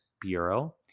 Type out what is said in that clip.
Bureau